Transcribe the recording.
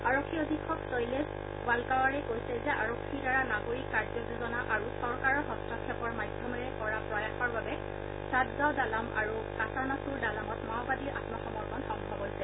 আৰক্ষী অধীক্ষক শৈলেশ বালকাৱাড়ে কৈছে যে আৰক্ষীৰ দ্বাৰা নাগৰিক কাৰ্য যোজনা আৰু চৰকাৰৰ হস্তক্ষেপৰ মাধ্যমেৰে কৰা প্ৰয়াসৰ বাবে চাটগাৱ ডালাম আৰু কাচানাচৰ ডালামত মাওবাদীৰ আম্মসমৰ্পন সম্ভৱ হৈছে